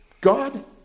God